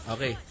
Okay